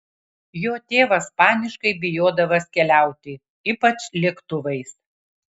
jo tėvas paniškai bijodavęs keliauti ypač lėktuvais